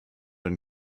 and